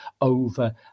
over